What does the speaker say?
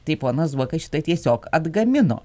tai ponas zuokas šitai tiesiog atgamino